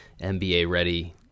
NBA-ready